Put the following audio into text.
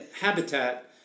habitat